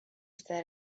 set